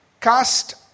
Cast